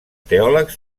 teòlegs